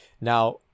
now